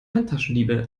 handtaschendiebe